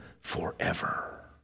forever